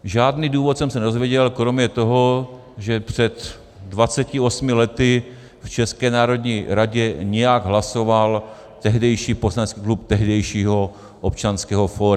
Žádný důvod jsem se nedozvěděl kromě toho, že před 28 lety v České národní radě nějak hlasovat tehdejší poslanecký klub tehdejšího Občanského fóra.